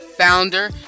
founder